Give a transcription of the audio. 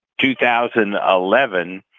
2011